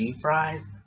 fries